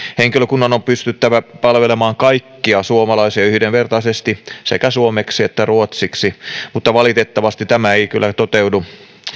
henkilökunnan on pystyttävä palvelemaan kaikkia suomalaisia yhdenvertaisesti sekä suomeksi että ruotsiksi mutta valitettavasti tämä ei kyllä toteudu